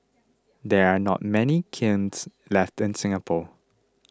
there are not many kilns left in Singapore